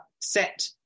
set